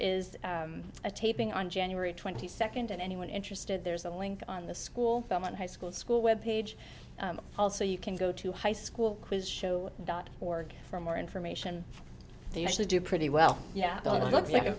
is a taping on january twenty second and anyone interested there's a link on the school high school school web page also you can go to high school quiz show dot org for more information they usually do pretty well yeah looks like a